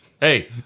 Hey